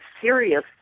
serious